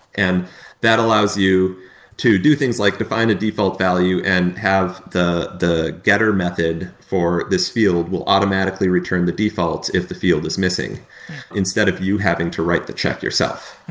and that allows you to do things like define a default value and have the the gather method for this field will automatically return the default if the field is missing instead of you having to write the check yourself.